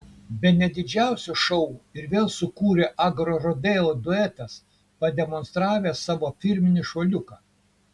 bene didžiausią šou ir vėl sukūrė agrorodeo duetas pademonstravęs savo firminį šuoliuką